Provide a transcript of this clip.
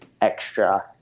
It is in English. extra